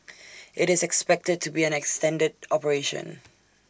IT is expected to be an extended operation